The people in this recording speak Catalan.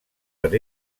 per